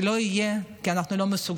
זה לא יהיה, כי אנחנו לא מסוגלים.